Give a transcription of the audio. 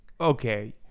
okay